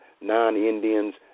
non-Indians